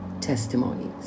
testimonies